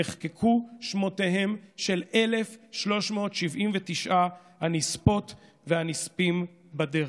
נחקקו שמותיהם של 1,379 הנספות והנספים בדרך.